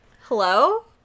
hello